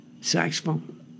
Saxophone